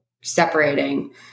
separating